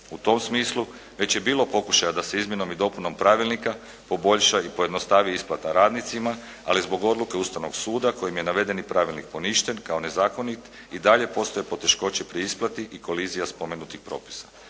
U tom smislu već je bilo pokušaja da se izmjenom i dopunom pravilnika poboljša i pojednostavi isplata radnicima, ali zbog odluke Ustavnog suda kojim je navedeni pravilnik poništen kao nezakonit i dalje postoje poteškoće pri isplati i kolizija spomenutih propisa.